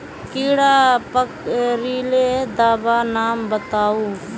कीड़ा पकरिले दाबा नाम बाताउ?